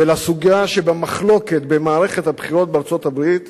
ולסוגיה שבמחלוקת במערכת הבחירות בארצות-הברית